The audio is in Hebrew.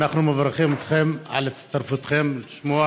אנחנו מברכים אתכן על הצטרפותכן לשמוע